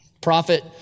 prophet